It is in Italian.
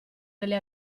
delle